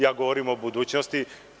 Ja govorim o budućnosti.